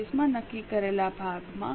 25 માં નક્કી કરેલા ભાગમાં 1